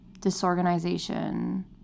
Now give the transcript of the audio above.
disorganization